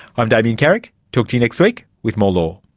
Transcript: i'm damien carrick, talk to you next week with more law